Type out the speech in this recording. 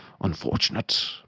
unfortunate